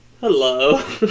Hello